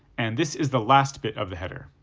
and this is the last bit of the header.